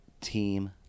team